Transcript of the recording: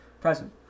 Present